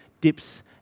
dips